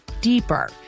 deeper